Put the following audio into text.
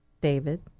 David